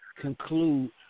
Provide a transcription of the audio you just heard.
conclude